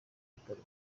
bitaro